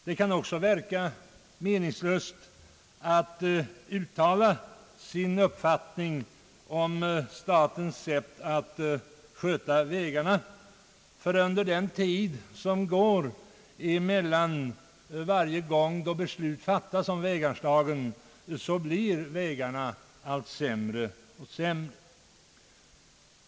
Det kan också verka meningslöst att uttala sin uppfattning om statens sätt att sköta vägarna, ty under den tid som går mellan varje gång beslut fattas om väganslagen blir vägarna allt sämre och sämre.